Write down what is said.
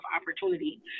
opportunity